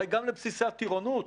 הרי גם בבסיסי הטירונות,